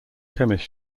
chemist